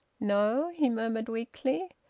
no? he murmured weakly.